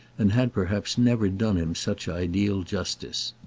and had perhaps never done him such ideal justice.